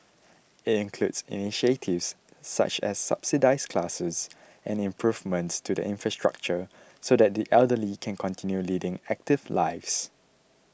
it includes initiatives such as subsidised classes and improvements to the infrastructure so that the elderly can continue leading active lives